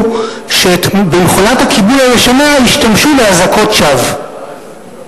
שבמכונת הכיבוי הישנה ישתמשו לאזעקות שווא.